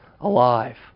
alive